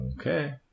Okay